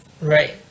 Right